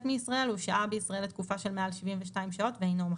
מישראל הוא שהה בישראל בתקופה של מעל 72 שעות ואינו מחלים.".